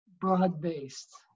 broad-based